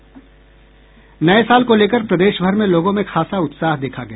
नये साल को लेकर प्रदेशभर में लोगों में खासा उत्साह देखा गया